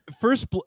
First